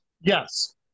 Yes